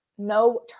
No